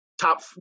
top